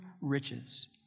riches